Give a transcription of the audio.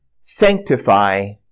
sanctify